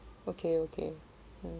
okay okay um